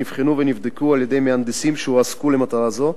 הן נבחנו ונבדקו על-ידי מהנדסים שהועסקו למטרה זו,